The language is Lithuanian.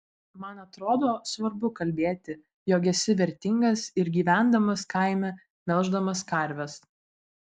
man atrodo svarbu kalbėti jog esi vertingas ir gyvendamas kaime melždamas karves